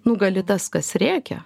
nugali tas kas rėkia